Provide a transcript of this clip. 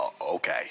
Okay